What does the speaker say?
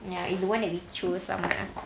ya it's the one that we choose